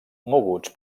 moguts